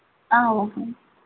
okay